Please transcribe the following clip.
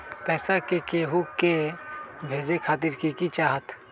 पैसा के हु के भेजे खातीर की की चाहत?